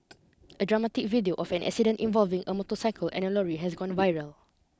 a dramatic video of an accident involving a motorcycle and a lorry has gone viral